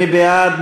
מי בעד?